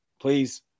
Please